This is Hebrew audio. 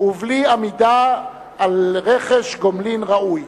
ובלי עמידה על רכש גומלין ראוי.